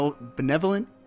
benevolent